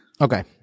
Okay